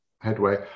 headway